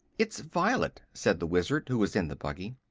it's violet, said the wizard, who was in the buggy.